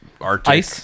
Arctic